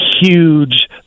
huge